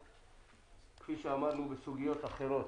כפי שאמרנו גם בסוגיות אחרות,